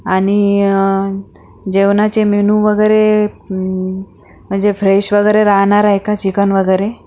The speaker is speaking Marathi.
आणि जेवणाचे मेनू वगैरे म्हणजे फ्रेश वगैरे राहणार आहे का चिकन वगैरे